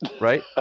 Right